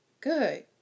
Good